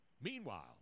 Meanwhile